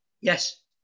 yes